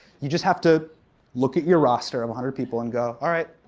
you just have to look at your roster of a hundred people and go, alright,